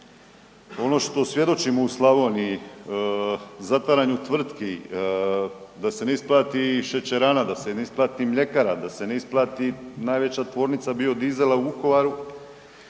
Ono što svjedočimo u Slavoniji, zatvaranju tvrtki da se ne isplati šećerana, da se ne isplati mljekara, da se ne isplati najveća Tvornica biodizela u Vukovaru,